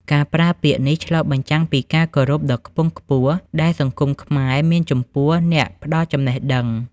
ការប្រើពាក្យនេះឆ្លុះបញ្ចាំងពីការគោរពដ៏ខ្ពង់ខ្ពស់ដែលសង្គមខ្មែរមានចំពោះអ្នកផ្ដល់ចំណេះដឹង។